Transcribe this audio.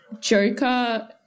Joker